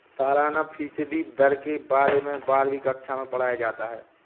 सालाना फ़ीसदी दर के बारे में बारहवीं कक्षा मैं पढ़ाया जाता है